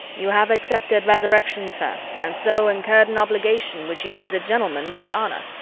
you have accepted resurrection, sir, and so incurred an obligation which you as a gentleman must honor.